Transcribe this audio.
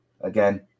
Again